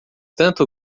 tanto